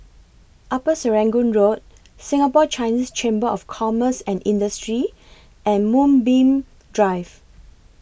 Upper Serangoon Road Singapore Chinese Chamber of Commerce and Industry and Moonbeam Drive